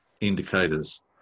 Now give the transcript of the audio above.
indicators